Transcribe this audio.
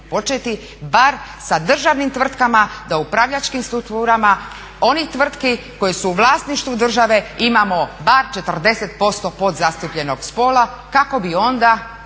početi bar sa državnim tvrtkama da u upravljačkim strukturama onih tvrtki koje su u vlasništvu države imamo bar 40% podzastupljenog spola kako bi onda